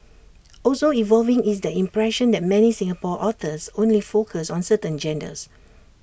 also evolving is the impression that many Singapore authors only focus on certain genres